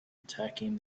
attacking